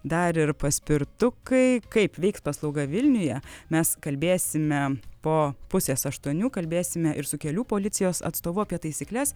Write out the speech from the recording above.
dar ir paspirtukai kaip veiks paslauga vilniuje mes kalbėsime po pusės aštuonių kalbėsime ir su kelių policijos atstovu apie taisykles